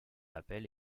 appel